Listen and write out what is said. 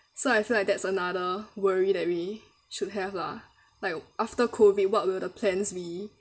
so I feel like that's another worry that we should have lah like after COVID what will the plans be